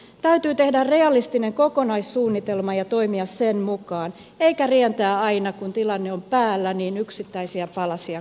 täytyy tehdä realistinen kokonaissuunnitelma ja toimia sen mukaan eikä rientää aina kun tilanne on päällä yksittäisiä palasia korjaamaan